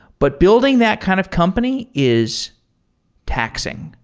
but building that kind of company is taxing.